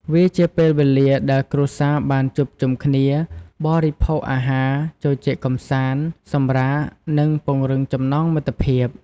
វាជាពេលវេលាដែលគ្រួសារបានជួបជុំគ្នា បរិភោគអាហារ ជជែកកម្សាន្ត សម្រាក និងពង្រឹងចំណងមិត្តភាព។